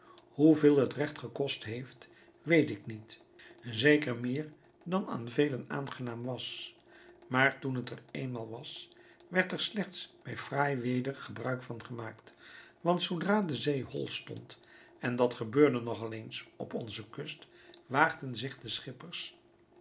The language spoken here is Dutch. veel het recht gekost heeft weet ik niet zeker meer dan aan velen aangenaam was maar toen het er eenmaal was werd er slechts bij fraai weder gebruik van gemaakt want zoodra de zee hol stond en dat gebeurt nog al eens op onze kust waagden zich de schippers